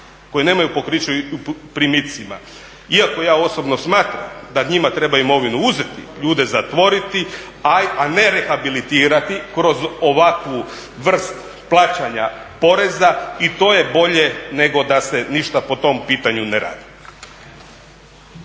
nemaju pokrića u primicima. Iako ja osobno smatram da njima treba imovinu uzeti, ljude zatvoriti a ne rehabilitirati kroz ovakvu vrstu plaćanja poreza i to je bolje nego da se ništa po tom pitanju ne radi.